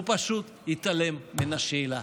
הוא פשוט התעלם מן השאלה.